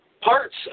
parts